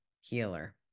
healer